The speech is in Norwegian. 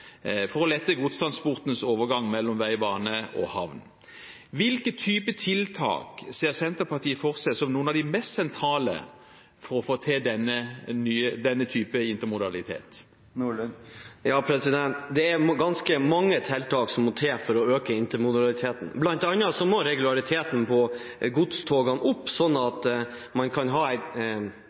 å lette godstransportens overgang mellom veg/bane og havn». Hvilke typer tiltak ser Senterpartiet for seg som noen av de mest sentrale for å få til denne typen intermodalitet? Det er ganske mange tiltak som må til for å øke intermodaliteten, bl.a. må regulariteten på godstogene gå opp, slik at man kan ha